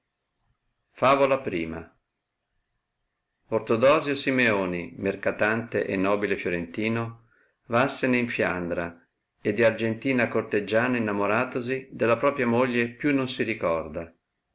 favola i ortodosio simeoni mercatante e nobile firentino vassene in fiandra e di argentina corteggiana innamoratosi della propria moglie più non si ricorda